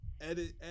edit